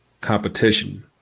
competition